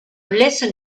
listen